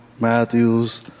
Matthews